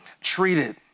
treated